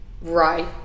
Right